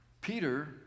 Peter